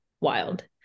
wild